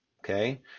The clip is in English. okay